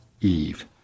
Eve